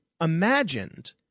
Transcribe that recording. imagined